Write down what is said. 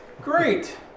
Great